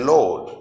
Lord